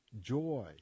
joy